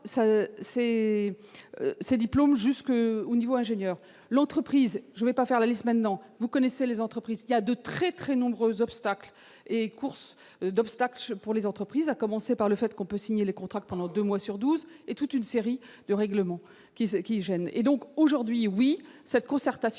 ces diplômes jusqu'au niveau ingénieur l'entreprise, je vais pas faire la liste, maintenant vous connaissez les entreprises il y a de très très nombreux obstacles et course d'obstacles pour les entreprises, à commencer par le fait qu'on peut signer les contrats pendant 2 mois sur 12, et toute une série de règlements qui qui gênent et donc aujourd'hui oui cette concertation